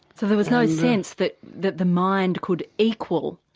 so there was no sense that that the mind could equal,